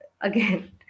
again